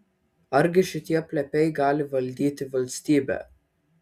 argi šitie plepiai gali valdyti valstybę